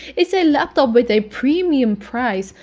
it's a laptop with a premium price,